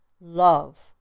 Love